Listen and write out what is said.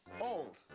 Old